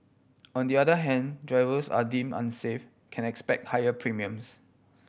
on the other hand drivers are deem unsafe can expect higher premiums